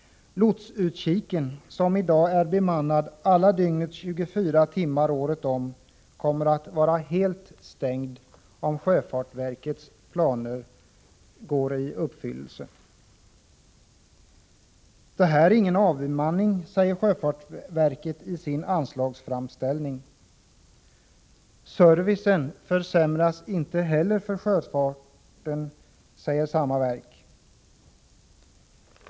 Lotsutkiken, som i dag är bemannad alla dygnets 24 timmar året om, kommer att vara helt stängd, om sjöfartsverkets planer går i uppfyllelse. Det här är ingen avbemanning, säger sjöfartsverket i sin anslagsframställning. Servicen försämras inte heller för sjöfarten, säger samma verk.